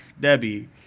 Debbie